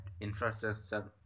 infrastructure